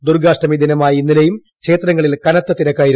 ദുർഗാഷ്ടമി ദിനമായ ഇന്നലെയും ക്ഷേത്രങ്ങളിൽ കനത്ത്രിരിക്കായിരുന്നു